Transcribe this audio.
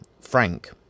Frank